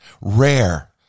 rare